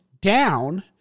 down